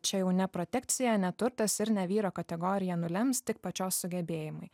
čia jau ne protekcija ne turtas ir ne vyro kategorija nulems tik pačios sugebėjimai